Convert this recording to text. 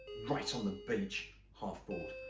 right on the beach, half-board.